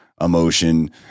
emotion